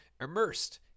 immersed